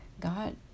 God